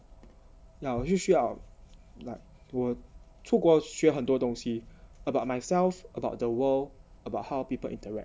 yeah 我就需要 like 我出国学很多东西 about myself about the world about how people interact